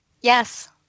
Yes